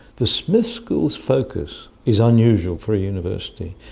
the smith school's focus is unusual for a university.